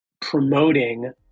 promoting